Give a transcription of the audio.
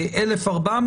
1,400,